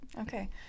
okay